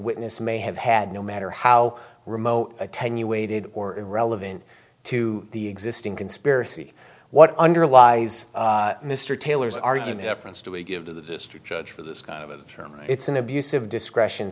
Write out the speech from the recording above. witness may have had no matter how remote attenuated or irrelevant to the existing conspiracy what underlies mr taylor's argument difference do we give to the district judge for this kind of a term it's an abuse of discretion